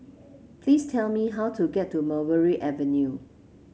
please tell me how to get to Mulberry Avenue